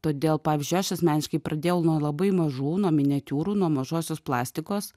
todėl pavyzdžiui aš asmeniškai pradėjau nuo labai mažų nuo miniatiūrų nuo mažosios plastikos